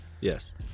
Yes